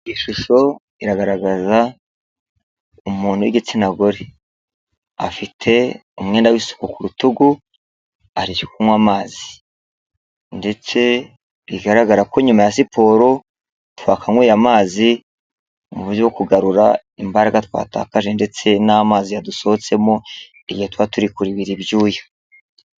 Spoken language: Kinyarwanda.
Ishusho iragaragaza umuntu w'igitsina gore. Afite umwenda w'isuku ku rutugu ari kunywa amazi. Ndetse bigaragara ko nyuma ya siporo twakanyweye amazi mu buryo kugarura imbaraga twatakaje ndetse n'amazi yadusohotsemo igihe tuba turi kuribira ibyuya.